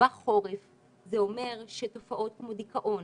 בחורף זה אומר שתופעות כמו דיכאון,